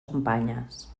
companyes